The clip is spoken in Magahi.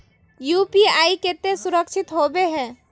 यु.पी.आई केते सुरक्षित होबे है?